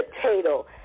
potato